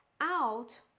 out